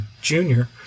junior